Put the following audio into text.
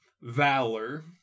valor